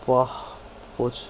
!wah! was